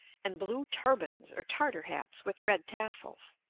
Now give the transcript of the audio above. and blue turbans or tartar hats with red tassels.